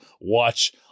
watch